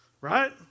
right